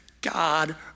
God